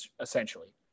essentially